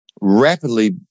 rapidly